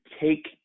take